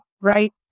right